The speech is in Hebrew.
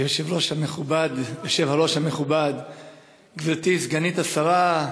אדוני היושב-ראש המכובד, גברתי סגנית השרה,